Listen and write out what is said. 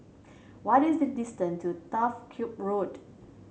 what is the distance to Turf Ciub Road